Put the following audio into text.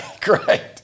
great